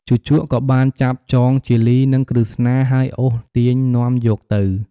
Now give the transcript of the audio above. ជូជកក៏បានចាប់ចងជាលី និងក្រឹស្នា ហើយអូសទាញនាំយកទៅ។